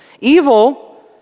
Evil